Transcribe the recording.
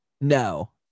no